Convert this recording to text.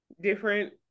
different